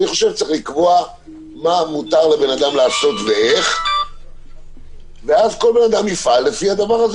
צריך לקבוע מה מותר לבן אדם לעשות ואיך וכל בן אדם יפעל לפי זה.